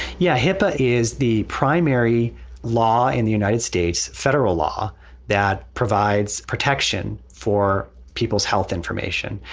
yeah, hipa is the primary law in the united states federal law that provides protection for people's health information.